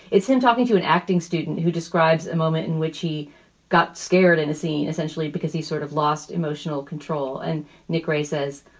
it's him talking to an acting student who describes a moment in which he got scared in a scene, essentially because he sort of lost emotional control. and nick ray says